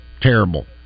terrible